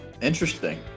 Interesting